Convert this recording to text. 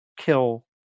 kill